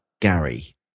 Gary